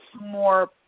more